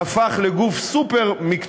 הפך לגוף סופר-מקצועי,